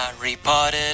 reported